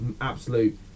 absolute